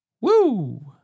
Woo